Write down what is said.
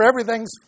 everything's